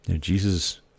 Jesus